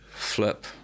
Flip